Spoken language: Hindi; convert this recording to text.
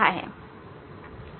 ठीक है